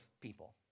people